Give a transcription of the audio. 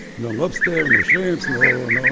no lobster, no shrimps, no, no,